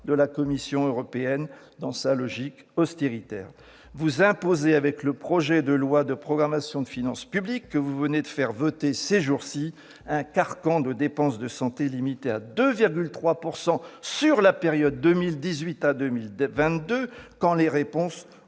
à la Commission européenne dans sa logique austéritaire. Vous imposez, avec le projet de loi de programmation des finances publiques que vous venez de faire voter ces jours-ci, un carcan limitant la croissance des dépenses de santé à 2,3 % sur la période 2018-2022 quand les réponses